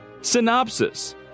Synopsis